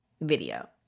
video